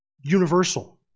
universal